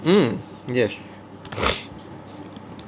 mm yes